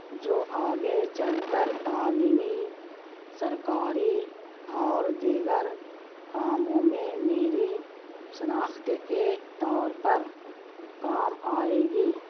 جو آگے چل کر تعلیمی سرکاری اور دیگر کاموں میں میری شناخت کے طور پر کام آئے گی